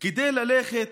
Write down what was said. כדי ללכת,